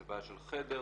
זה בעיה של חדר,